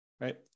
right